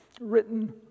written